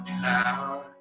power